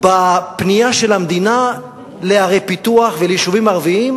בפנייה של המדינה לערי פיתוח וליישובים ערביים,